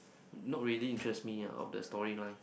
not really interest me ah of the storyline